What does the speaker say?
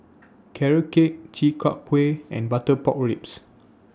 Carrot Cake Chi Kak Kuih and Butter Pork Ribs